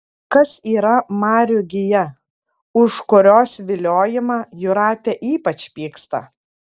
kas yra marių gija už kurios viliojimą jūratė ypač pyksta